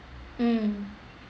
mm